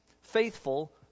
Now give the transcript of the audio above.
faithful